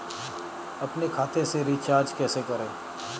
अपने खाते से रिचार्ज कैसे करें?